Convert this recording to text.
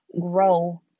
grow